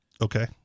Okay